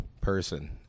person